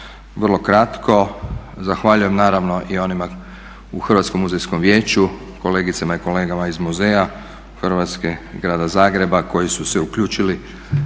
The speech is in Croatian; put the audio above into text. Vrlo kratko. Zahvaljujem naravno i onima u Hrvatskom muzejskom vijeću, kolegicama i kolegama iz muzeja Hrvatske i Grada Zagreba koji su se uključili